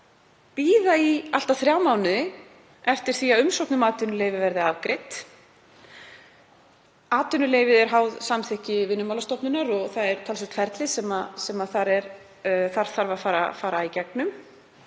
bíða í allt að þrjá mánuði eftir því að umsókn um atvinnuleyfi verði afgreidd. Atvinnuleyfið er háð samþykki Vinnumálastofnunar og það er talsvert ferli sem þar þarf að fara í gegnum;